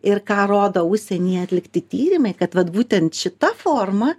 ir ką rodo užsienyje atlikti tyrimai kad vat būtent šita forma